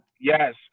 Yes